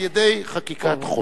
על-ידי חקיקת חוק,